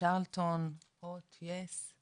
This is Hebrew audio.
צ'רלטון, OTS?